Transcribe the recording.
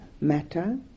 matter